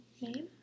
name